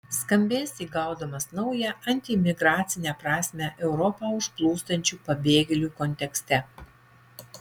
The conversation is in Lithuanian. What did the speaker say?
skambės įgaudamas naują antiimigracinę prasmę europą užplūstančių pabėgėlių kontekste